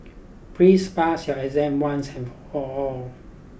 please pass your exam once and for all